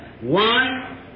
One